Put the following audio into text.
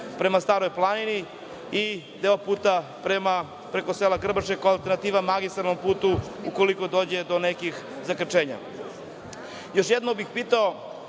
prema Staroj planini i deo puta preko sela Grbače koji je alternativa magistralnom putu ukoliko dođe do nekih zakrčenja. Još jednom bih pitao